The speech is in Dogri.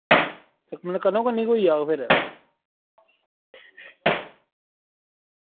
ते मतलब कन्नो कन्नी गै होई जाह्ग फिर